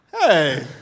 Hey